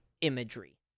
imagery